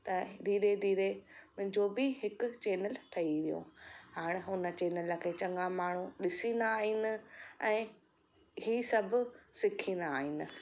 त धीरे धीरे मुंहिंजो बि हिकु चैनल ठही वियो आहे हाणे हुन चैनल खे चङा माण्हू ॾिसींदा आहिनि ऐं ही सभु सिखींदा आहिनि